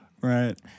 Right